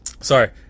sorry